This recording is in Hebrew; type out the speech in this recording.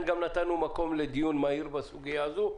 לכן, גם נתנו מקום לדיון מהיר בסוגיה הזאת.